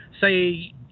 Say